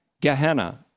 Gehenna